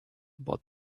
about